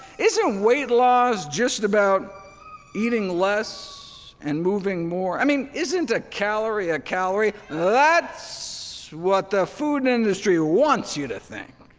isn't weight loss just about eating less and moving more? i mean, isn't a calorie a calorie? that's what the food industry wants you to think.